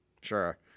Sure